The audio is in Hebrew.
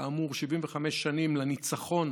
כאמור, 75 שנים לניצחון